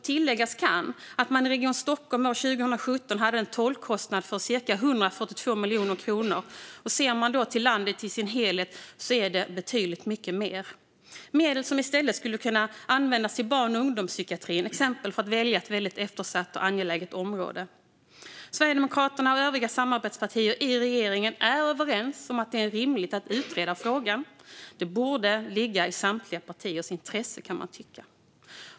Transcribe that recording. Tilläggas kan att man i Region Stockholm år 2017 hade en tolkkostnad på cirka 142 miljoner kronor. För landet i sin helhet är det betydligt mycket mer. Det är medel som i stället skulle kunna användas i barn och ungdomspsykiatrin. Det är ett exempel på ett eftersatt och angeläget område. Sverigedemokraterna och övriga samarbetspartier i regeringen är överens om att det är rimligt att utreda frågan. Det borde ligga i samtliga partiers intresse.